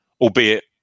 albeit